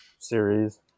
series